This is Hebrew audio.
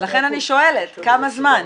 אז לכן אני שואלת כמה זמן.